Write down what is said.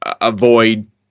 avoid